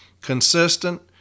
Consistent